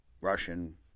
Russian